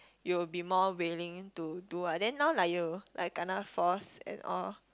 you will be more willing to do ah then now like you like kena force and all